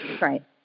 right